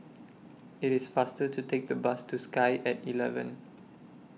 IT IS faster to Take The Bus to Sky At eleven